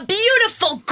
beautiful